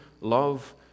love